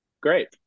great